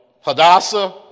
Hadassah